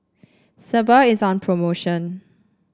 Sebamed is on promotion